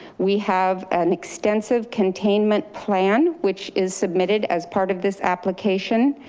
we have an extensive containment plan, which is submitted as part of this application.